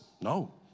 No